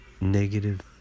Negative